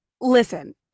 Listen